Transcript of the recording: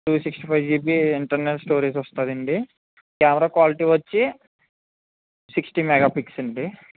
two sixty five GB internal storage వస్తుందండి camera quality వచ్చి sixty mega పిక్స్ల అండి